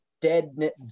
dead